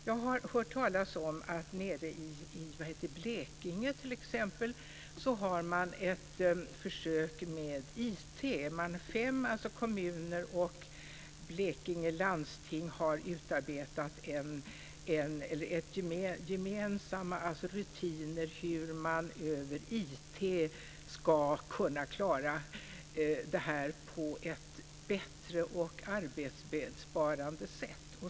Jag har hört talas om att det i Blekinge finns ett försök med IT. Fem kommuner och Blekinge landsting har utarbetat gemensamma rutiner för att med hjälp av IT klara detta på ett bättre och mer arbetsbesparande sätt.